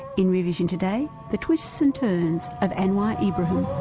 in rear vision today, the twists and turns of anwar ibrahim.